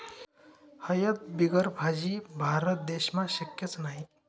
हयद बिगर भाजी? भारत देशमा शक्यच नही